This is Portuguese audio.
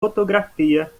fotografia